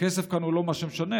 הכסף כאן הוא לא מה שמשנה,